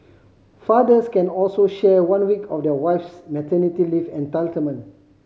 fathers can also share one week of their wife's maternity leave entitlement